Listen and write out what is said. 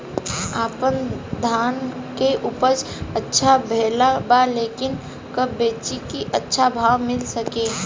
आपनधान के उपज अच्छा भेल बा लेकिन कब बेची कि अच्छा भाव मिल सके?